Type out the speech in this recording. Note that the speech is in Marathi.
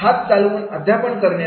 हात चालवून अध्यापन करणे